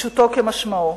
פשוטו כמשמעו.